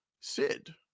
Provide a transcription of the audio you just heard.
sid